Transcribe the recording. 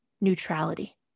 neutrality